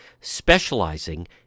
specializing